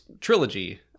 trilogy